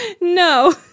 No